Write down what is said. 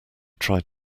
tried